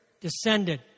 descended